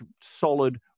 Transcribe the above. solid